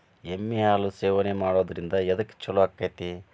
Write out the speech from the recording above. ಎಮ್ಮಿ ಹಾಲು ಸೇವನೆ ಮಾಡೋದ್ರಿಂದ ಎದ್ಕ ಛಲೋ ಆಕ್ಕೆತಿ?